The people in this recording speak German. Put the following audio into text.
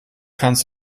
kannst